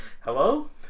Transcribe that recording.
hello